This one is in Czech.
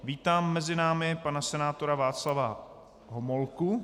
Vítám mezi námi pana senátora Václava Homolku.